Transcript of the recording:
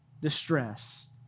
distress